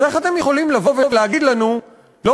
אז איך אתם יכולים לבוא ולהגיד לנו: לא